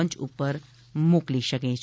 મંચ ઉપર મોકલી શકે છે